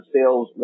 Sales